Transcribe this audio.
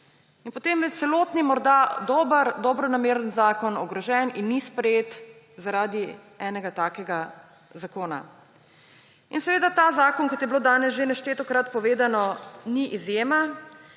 In potem je celoten, morda dobronameren zakon ogrožen in ni sprejet zaradi enega takega podtaknjenca. Ta zakon, kot je bilo danes že neštetokrat povedano, ni izjema.